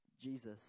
Jesus